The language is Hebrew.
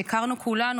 שהכרנו כולנו,